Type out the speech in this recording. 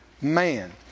man